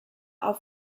auf